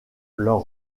leurs